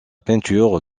peinture